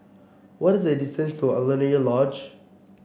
what the distance to Alaunia Lodge